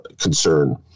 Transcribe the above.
concern